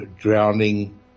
drowning